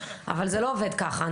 אבל זה לא עובד ככה.